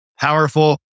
powerful